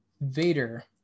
Vader